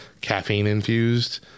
caffeine-infused